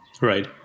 Right